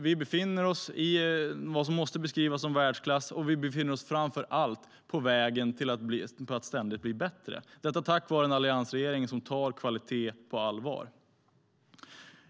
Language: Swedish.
Vi befinner oss i vad som måste beskrivas som världsklass, och vi blir framför allt ständigt bättre - detta tack vare en alliansregering som tar kvalitet på allvar.